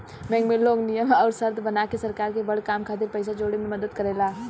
loan में bank नियम अउर शर्त बना के सरकार के बड़ काम खातिर पइसा जोड़े में मदद करेला